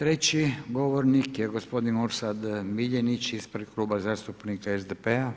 Treći govornik je gospodin Orsat Miljenić ispred Kluba zastupnika SDP-a.